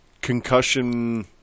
concussion –